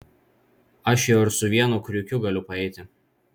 aš jau ir su vienu kriukiu galiu paeiti